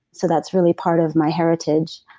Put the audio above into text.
so that's really part of my heritage.